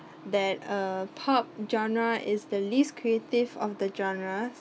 that uh pop genre is the least creative of the genre